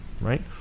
right